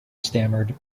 stammered